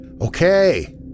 Okay